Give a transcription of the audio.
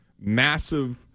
massive